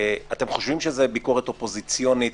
אתם חושבים שזאת ביקורת אופוזיציונית,